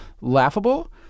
laughable